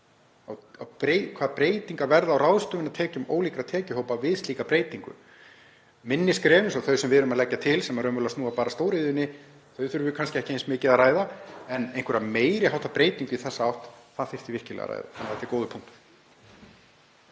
hvaða breytingar verða á ráðstöfunartekjum ólíkra tekjuhópa við slíka breytingu. Minni skref eins og þau sem við erum að leggja til, sem raunverulega snúa bara að stóriðjunni, þurfum við kannski ekki eins mikið að ræða en einhverja meiri háttar breytingu í þessa átt þyrfti virkilega að ræða, þannig að þetta er góður punktur.